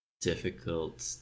difficult